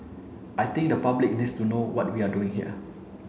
I think the public needs to know what we're doing here